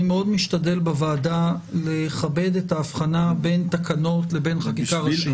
אני מאוד משתדל בוועדה לכבד את ההבחנה בין תקנות לבין חקיקה ראשית.